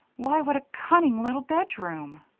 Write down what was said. why, what a cunning little bedroom!